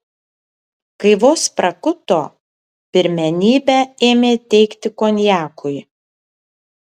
kai vos prakuto pirmenybę ėmė teikti konjakui